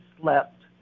slept